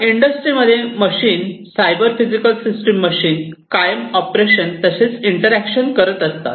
industry मध्ये machine cyber physical system machine कायम operation तसेच इंटरॅक्शन करत असतात